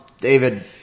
David